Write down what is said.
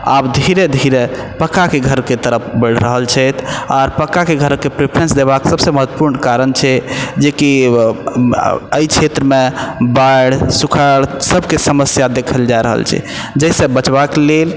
आब धीरे धीरे पक्का के घरके तरफ बैढ रहल छैथ आर पक्का के घरके परेफरेंस देबाक सबसे महत्वपूर्ण कारण छै जेकि अइ क्षेत्रमे बाढि सुखार सबके समस्या देखल जा रहल छै जइ सऽ बचबाक लेल